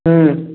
ହୁଁ